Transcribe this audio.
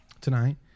tonight